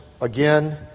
again